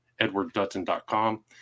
edwarddutton.com